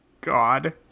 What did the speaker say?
God